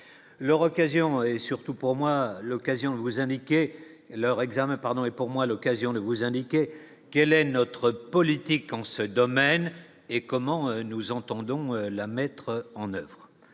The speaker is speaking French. leur occasion et surtout pour moi l'occasion de vous indiquer leur examen pardon et pour moi l'occasion de vous indiquer quelle est notre politique en ce domaine et comment nous entendons la mettre en oeuvre,